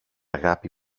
αγάπη